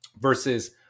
Versus